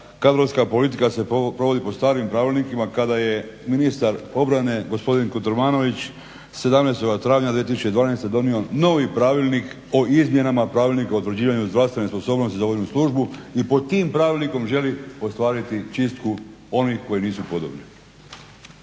kadrovska politika se provodi po starim pravilnicima kada je ministar obrane, gospodin Kotromanović 17. travnja 2012. donio novi Pravilnik o izmjenama Pravilnika o utvrđivanju zdravstvene sposobnosti za vojnu službu i pod tim Pravilnikom želi ostvariti čistku onih koji nisu podobni.